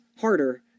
harder